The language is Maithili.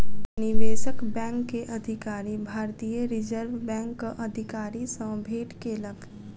निवेशक बैंक के अधिकारी, भारतीय रिज़र्व बैंकक अधिकारी सॅ भेट केलक